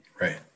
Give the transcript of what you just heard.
Right